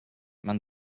man